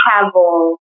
travel